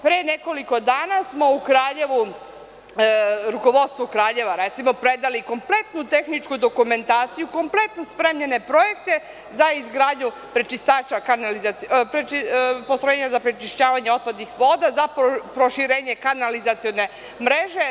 Pre nekoliko dana smo u Kraljevu, rukovodstvu Kraljeva predali kompletnu tehničku dokumentaciju, kompletno spremljene projekte za izgradnju postrojenja za prečišćavanje otpadnih voda za proširenje kanalizacione mreže.